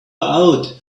out